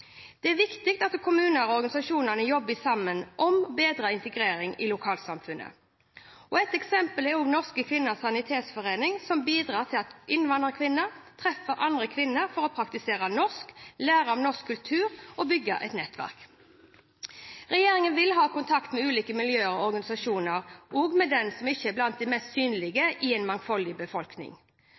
Det er viktig at kommuner og organisasjoner jobber sammen om bedre integrering i lokalsamfunnet. Et eksempel er Norske Kvinners Sanitetsforening, som bidrar til at innvandrerkvinner treffer andre kvinner for å praktisere norsk, lære om norsk kultur og bygge et nettverk. Regjeringen vil ha kontakt med ulike miljøer og organisasjoner, også med dem som ikke er blant de mest synlige i en mangfoldig befolkning.